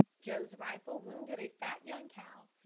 joe's rifle wounded a fat young cow,